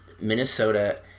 Minnesota